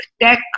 tech